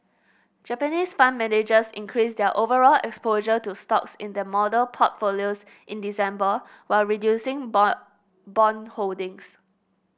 Japanese fund managers increased their overall exposure to stocks in their model portfolios in December while reducing bond bond holdings